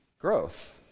Growth